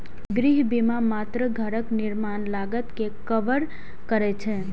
गृह बीमा मात्र घरक निर्माण लागत कें कवर करै छै